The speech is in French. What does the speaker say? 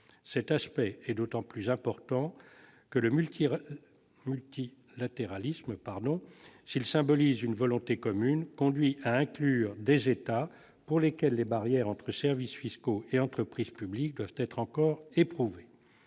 Cet aspect est d'autant plus important que le multilatéralisme, s'il symbolise une volonté commune, conduit à inclure des États pour lesquels l'étanchéité des barrières entre services fiscaux et entreprises publiques doit être encore éprouvée.